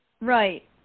right